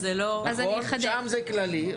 -- שם זה כללי;